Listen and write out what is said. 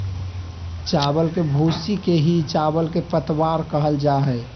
चावल के भूसी के ही चावल के पतवार कहल जा हई